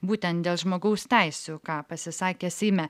būtent dėl žmogaus teisių ką pasisakė seime